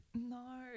No